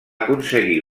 aconseguir